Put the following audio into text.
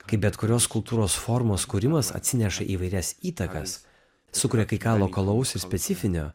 kaip bet kurios kultūros formos kūrimas atsineša įvairias įtakas sukuria kai ką lokalaus ir specifinio